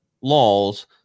laws